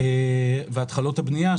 התחלות הבנייה,